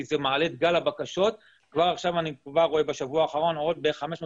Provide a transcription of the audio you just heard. זה מעלה את גל הבקשות - כבר אני רואה בשבוע האחרון 500,